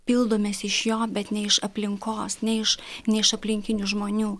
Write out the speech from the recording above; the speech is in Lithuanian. pildomės iš jo bet ne iš aplinkos ne iš ne iš aplinkinių žmonių